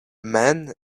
man